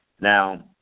Now